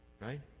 right